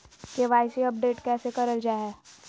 KYC update कैसे करल जाहै?